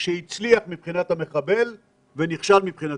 שהצליח מבחינת המחבל ונכשל מבחינתנו,